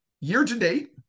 year-to-date